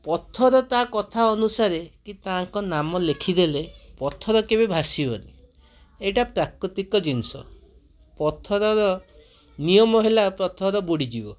ପଥର ତା'କଥା ଅନୁସାରେ କି ତାଙ୍କ ନାମ ଲେଖି ଦେଲେ ପଥର କେବେ ଭାସିବନି ଏଇଟା ପ୍ରାକୃତିକ ଜିନିଷ ପଥରର ନିୟମ ହେଲା ପଥର ବୁଡ଼ିଯିବ